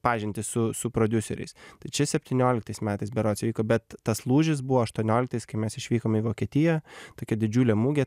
pažintį su su prodiuseriais čia septynioliktais metais berods įvyko bet tas lūžis buvo aštuonioliktais kai mes išvykome į vokietiją tokia didžiulė mugė